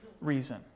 reason